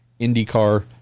IndyCar